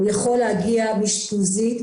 הוא יכול להגיע מאשפוזית,